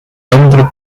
hombre